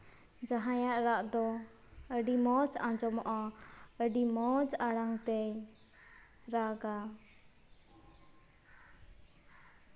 ᱡᱟᱦᱟᱸᱭᱟᱜ ᱨᱟᱜ ᱫᱚ ᱟᱹᱰᱤ ᱢᱚᱡᱽ ᱟᱸᱡᱚᱢᱚᱜᱼᱟ ᱟᱹᱰᱤ ᱢᱚᱡᱽ ᱟᱲᱟᱝ ᱛᱮ ᱨᱟᱜᱟ